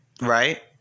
right